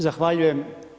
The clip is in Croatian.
Zahvaljujem.